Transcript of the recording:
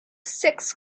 six